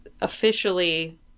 officially